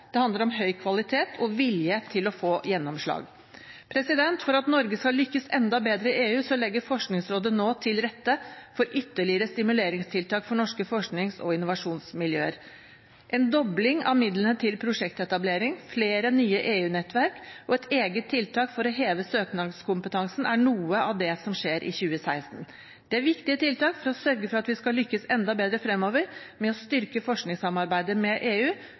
det handler om høy kvalitet og om vilje til å få gjennomslag. For at Norge skal lykkes enda bedre i EU, legger Forskningsrådet nå til rette for ytterligere stimuleringstiltak for norske forsknings- og innovasjonsmiljøer. En dobling av midlene til prosjektetablering, flere nye EU-nettverk og et eget tiltak for å heve søknadskompetansen er noe av det som skjer i 2016. Dette er viktige tiltak for å sørge for at vi skal lykkes enda bedre fremover med å styrke forskningssamarbeidet med EU,